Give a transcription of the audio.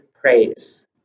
praise